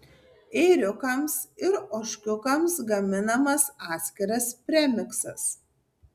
ėriukams ir ožkiukams gaminamas atskiras premiksas